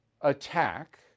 attack